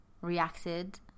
reacted